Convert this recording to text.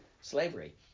slavery